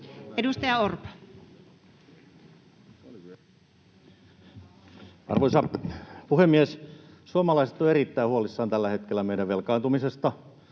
Content: Arvoisa puhemies! Suomalaiset ovat erittäin huolissaan tällä hetkellä meidän velkaantumisesta,